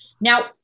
Now